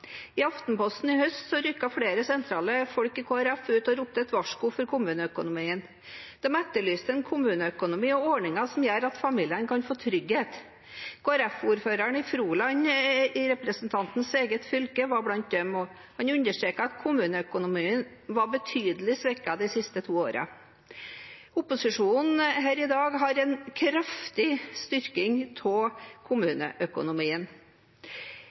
I Aftenposten i høst rykket flere sentrale folk i Kristelig Folkeparti ut og ropte et varsku for kommuneøkonomien. De etterlyste en kommuneøkonomi og ordninger som gjør at familier kan få trygghet. Kristelig Folkeparti-ordføreren i Froland, i representantens eget fylke, var blant dem, og han understreket at kommuneøkonomien var betydelig svekket de siste to årene. Opposisjonen her har i dag en kraftig styrking av kommuneøkonomien.